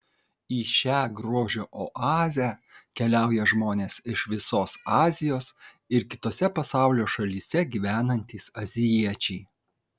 į šią grožio oazę keliauja žmonės iš visos azijos ir kitose pasaulio šalyse gyvenantys azijiečiai